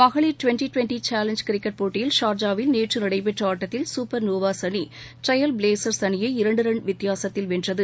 மகளிர் twenty twenty challenge cricket போட்டியில் ஷார்ஜாவில் நேற்று நடைபெற்ற ஆட்டத்தில் குப்பர் நோவாஸ் அணி ட்ரையல் பிளேசர்ஸ் அணியை இரண்டு ரன் வித்தியாகத்தில் வென்றது